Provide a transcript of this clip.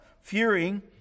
fearing